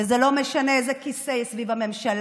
וזה לא משנה איזה כיסא יש סביב שולחן הממשלה,